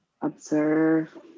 Observe